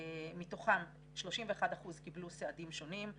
מתוכן 31 אחוזים קיבלו סעדים שונים,